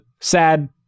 sad